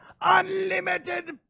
UNLIMITED